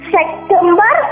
September